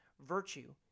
virtue